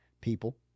People